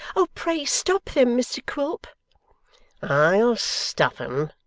oh, pray stop them, mr quilp i'll stop em,